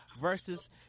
versus